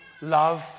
love